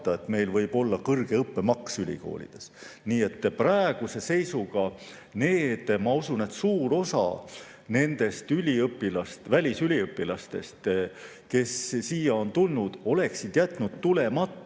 et meil võib olla kõrge õppemaks ülikoolides. Nii et praeguse seisuga, ma usun, suur osa nendest välisüliõpilastest, kes siia on tulnud, oleksid jätnud tulemata